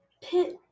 Pit